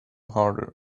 harder